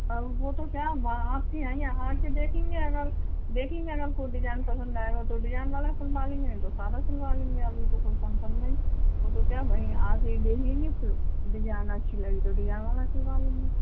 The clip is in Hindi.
वो तो क्या वहाँ आपके यहाँ आयेंगे यहाँ आके देखेंगे अगर देखेंगे अगर कोई डिजाइन पसंद आएगा तो डिजाइन वाला सिल्वा लेंगे नहीं तो सादा सिलवा लेंगे अभी तो कोई फंक्सन नहीं वो तो क्या वहीं आके ही देख लेंगे फिर डिजाइन अच्छी लगी तो डिजाइन वाला सिलवा लेंगे